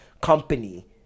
company